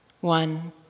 One